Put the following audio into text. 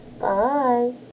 Bye